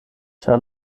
ĉar